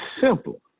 simple